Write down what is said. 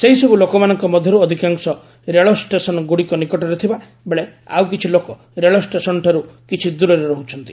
ସେହିସବ୍ ଲୋକମାନଙ୍କ ମଧ୍ୟର୍ ଅଧିକାଂଶ ରେଳ ଷ୍ଟେସନ୍ ଗ୍ରଡ଼ିକ ନିକଟରେ ଥିବା ବେଳେ ଆଉ କିଛି ଲୋକ ରେଳ ଷ୍ଟେସନ୍ଠାରୁ କିଛି ଦୂରରେ ରହ୍ଚନ୍ତି